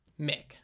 Mick